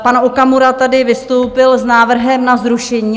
Pan Okamura tady vystoupil s návrhem na zrušení.